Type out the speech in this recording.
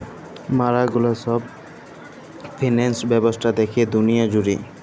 ম্যালা গুলা সব ফিন্যান্স ব্যবস্থা দ্যাখে দুলিয়া জুড়ে